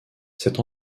cette